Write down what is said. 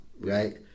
right